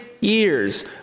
years